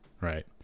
Right